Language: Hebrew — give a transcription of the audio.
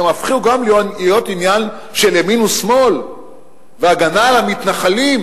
הן הפכו גם להיות עניין של ימין ושמאל והגנה על המתנחלים,